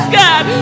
god